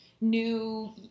new